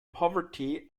poverty